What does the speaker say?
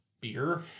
beer